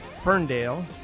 Ferndale